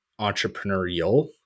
entrepreneurial